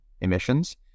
emissions